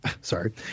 Sorry